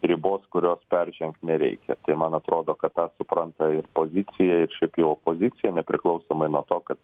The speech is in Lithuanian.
ribos kurios peržengt nereikia man atrodo kad tą supranta ir pozicija ir šiaip jau opozicija nepriklausomai nuo to kad